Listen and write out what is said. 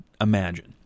imagine